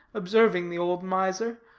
observing the old miser,